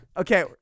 Okay